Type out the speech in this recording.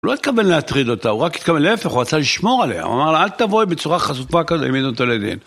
הוא לא התכוון להטריד אותה, הוא רק התכוון להפך, הוא רצה לשמור עליה, הוא אמר לה, אל תבואי בצורה חשופה כזו, העמיד אותו לדין.